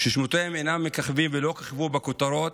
ששמותיהם אינם מככבים ולא כיכבו בכותרות,